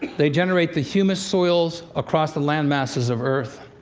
they generate the humus soils across the landmasses of earth.